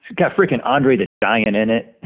got freaking andre the giant in it.